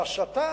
להסתה,